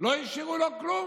לא השאירו לו כלום.